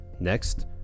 Next